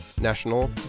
National